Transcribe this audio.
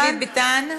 בוא,